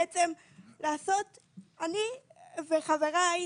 אני וחבריי,